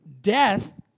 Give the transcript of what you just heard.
Death